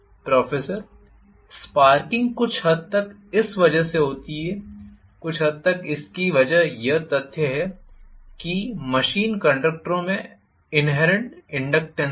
professor sparking कुछ हद तक इस वजह से होती है कुछ हद तक इसकी वजह यह तथ्य है कि मशीन कंडक्टरों में अंतर्निहित इनडक्टेन्स है